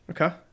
okay